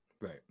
right